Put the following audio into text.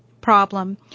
problem